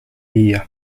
viia